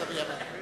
לצערי הרב.